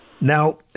Now